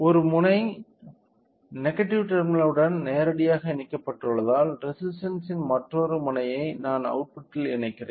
ஒரு முனை negative terminal உடன் நேரடியாக இணைக்கப்பட்டுள்ளதால் ரெசிஸ்டன்ஸ்ன் மற்றொரு முனையை நான் அவுட்புட்டில் இணைக்கிறேன்